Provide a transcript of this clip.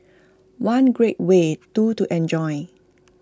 one great way two to enjoy